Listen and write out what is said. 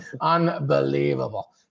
Unbelievable